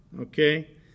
okay